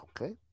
Okay